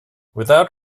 without